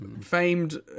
famed